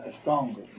stronger